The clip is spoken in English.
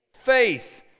faith